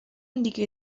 دیگه